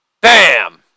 Bam